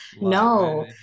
no